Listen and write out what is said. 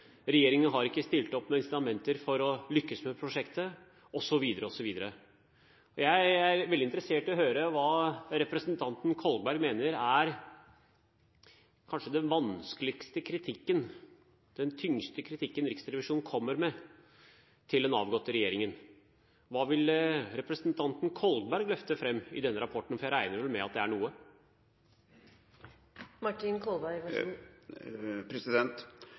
regjeringen har ikke stilt opp med incitamenter for å lykkes med prosjektet, osv., osv. Jeg er veldig interessert i å høre hva representanten Kolberg mener er den vanskeligste kritikken, den tyngste kritikken, Riksrevisjonen kommer med til den avgåtte regjeringen. Hva vil representanten Kolberg løfte fram i denne rapporten – for jeg regner vel med at det er